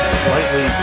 slightly